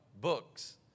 books